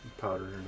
powder